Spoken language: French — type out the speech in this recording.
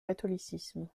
catholicisme